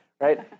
right